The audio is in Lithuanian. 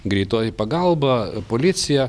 greitoji pagalba policija